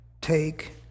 take